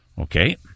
Okay